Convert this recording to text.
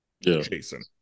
Jason